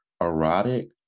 erotic